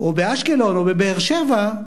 או באשקלון, או בבאר-שבע,